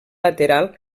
lateral